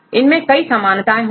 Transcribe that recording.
इसमें कई समानताएं होंगी